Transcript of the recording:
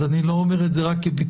אז אני לא אומר את זה רק כביקורת,